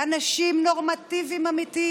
אנשים נורמטיביים באמת,